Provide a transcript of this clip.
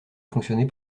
fonctionner